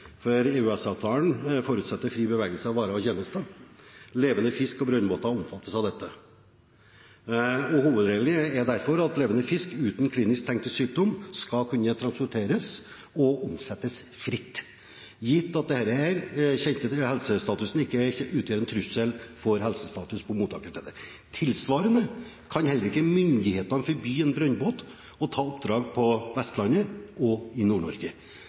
for EØS-avtalen forutsetter fri bevegelse av varer og tjenester. Levende fisk og brønnbåter omfattes av dette. Hovedregelen er derfor at levende fisk uten klinisk tegn til sykdom skal kunne transporteres og omsettes fritt – gitt at kjent helsestatus ikke utgjør en trussel for helsestatusen på mottakerstedet. Tilsvarende kan heller ikke myndighetene forby en brønnbåt å ta oppdrag på Vestlandet og i